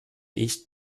ich